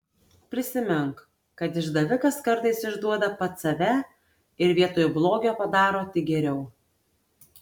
prisimink kad išdavikas kartais išduoda pats save ir vietoj blogio padaro tik geriau